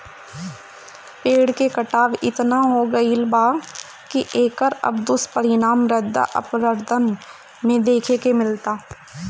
पेड़ के कटाव एतना हो गईल बा की एकर अब दुष्परिणाम मृदा अपरदन में देखे के मिलता